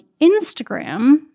Instagram